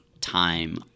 time